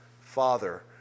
father